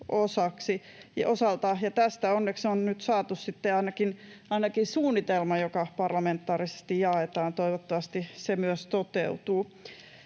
Tästä onneksi on nyt saatu sitten ainakin suunnitelma, joka parlamentaarisesti jaetaan. Toivottavasti se myös toteutuu.